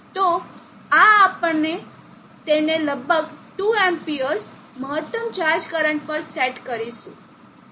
તો આ આપણે તેને લગભગ 2 amps મહત્તમ ચાર્જ કરંટ પર સેટ કરીશું